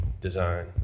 design